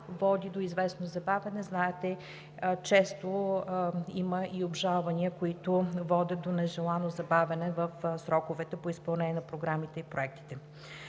води до известно забавяне. Знаете, често има и обжалвания, които водят до нежелано забавяне в сроковете по изпълнение на програмите и проектите.